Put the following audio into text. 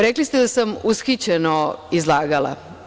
Rekli ste da sam ushićeno izlagala.